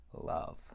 love